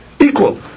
equal